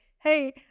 hey